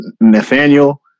Nathaniel